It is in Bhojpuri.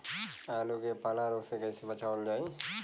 आलू के पाला रोग से कईसे बचावल जाई?